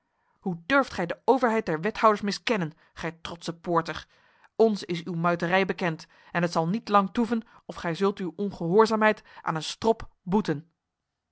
hoe durft gij de overheid der wethouders miskennen gij trotse poorter ons is uw muiterij bekend en het zal niet lang toeven of gij zult uw ongehoorzaamheid aan een strop boeten